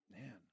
Man